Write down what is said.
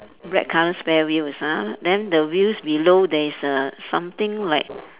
red colour spare wheels ah then the wheels below there's a something like